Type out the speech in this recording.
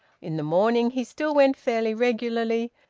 in the morning he still went fairly regularly,